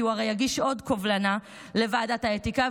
כי הוא הרי יגיש עוד קובלנה לוועדת האתיקה,